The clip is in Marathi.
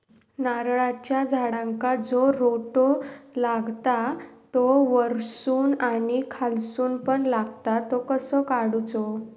नारळाच्या झाडांका जो रोटो लागता तो वर्सून आणि खालसून पण लागता तो कसो काडूचो?